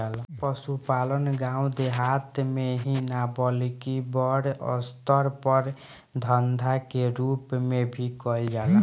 पसुपालन गाँव देहात मे ही ना बल्कि बड़ अस्तर पर धंधा के रुप मे भी कईल जाला